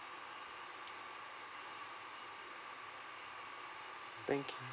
thank you